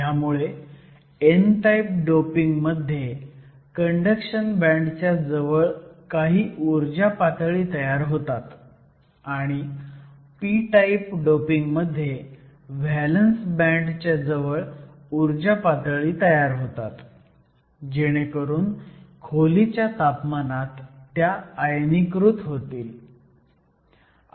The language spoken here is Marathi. ह्यामुळे n टाईप डोपिंग मध्ये कंडक्शन बँडच्या जवळ काही ऊर्जा पातळी तयार होतात आणि p टाईप डोपिंग मध्ये व्हॅलंस बँड च्या जवळ ऊर्जा पातळी तयार होतात जेणेकरून खोलीच्या तापमानात त्या आयनीकृत होतील